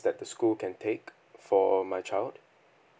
that the school can take for my child